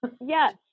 Yes